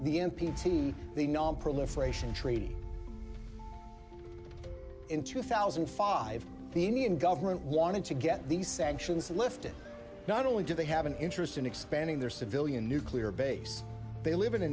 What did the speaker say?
t the nonproliferation treaty in two thousand and five the indian government wanted to get these sanctions lifted not only do they have an interest in expanding their civilian nuclear base they live in a